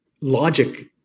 logic